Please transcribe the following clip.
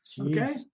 Okay